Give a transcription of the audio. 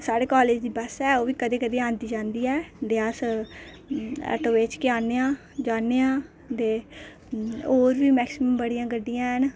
साढ़े कालेज दी बस ऐ ओह् बी कदें कदें आंदी जंदी ऐ ते अस ऐटो बिच्च गै आने आं जाने आं ते और बी मैक्सीमम बडियां गड्डियां हैन